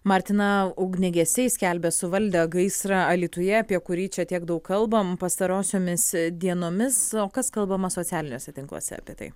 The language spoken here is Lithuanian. martina ugniagesiai skelbia suvaldę gaisrą alytuje apie kurį čia tiek daug kalbam pastarosiomis dienomis o kas kalbama socialiniuose tinkluose apie tai